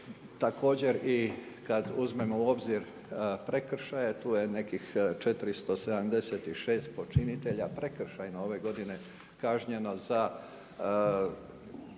Također i kada uzmemo u obzir prekršaje tu je nekih 476 počinitelja prekršajno ove godine kažnjeno za